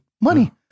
Money